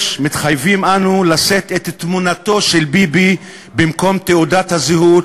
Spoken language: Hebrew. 6. מתחייבים אנו לשאת את תמונתו של ביבי במקום תעודת הזהות,